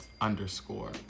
underscore